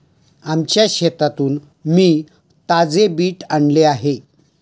आमच्या शेतातून मी ताजे बीट आणले आहे